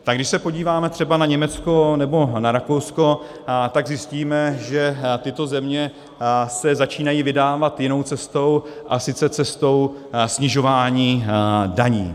Tak když se podíváme třeba na Německo nebo na Rakousko, tak zjistíme, že tyto země se začínají vydávat jinou cestou, a sice cestou snižování daní.